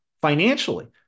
financially